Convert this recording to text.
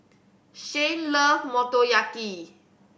Shayne love Motoyaki